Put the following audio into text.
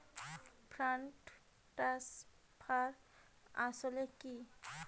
Fund transfer আসলে কী?